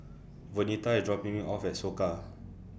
Vernita IS dropping Me off At Soka